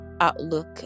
outlook